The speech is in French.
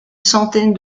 centaine